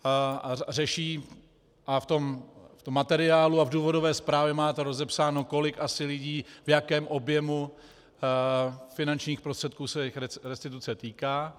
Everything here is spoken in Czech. A řeší, v materiálu a v důvodové zprávě máte rozepsáno, kolik asi lidí, v jakém objemu finančních prostředků se jich restituce týká.